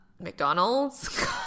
McDonald's